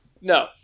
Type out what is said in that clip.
No